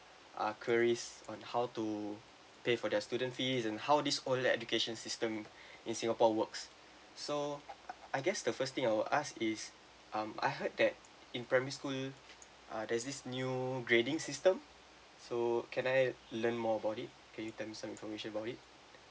ah queries on how to pay for their student fees and how these all the education system in singapore works so I guess the first thing I will ask is um I heard that in primary school ah there's this new grading system so can I learn more bout it can you tell me some information about it